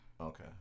Okay